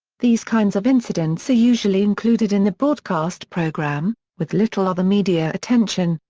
these kinds of incidents are usually included in the broadcast program, with little other media attention,